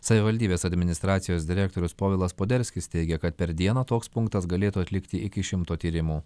savivaldybės administracijos direktorius povilas poderskis teigia kad per dieną toks punktas galėtų atlikti iki šimto tyrimų